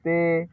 ସେ